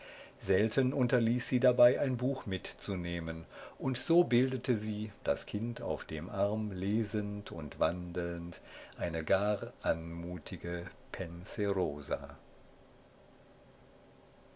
selten unterließ sie dabei ein buch mitzunehmen und so bildete sie das kind auf dem arm lesend und wandelnd eine gar anmutige